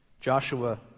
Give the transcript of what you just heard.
Joshua